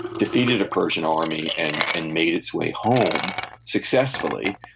defeated a persian army, and and made its way home successfully.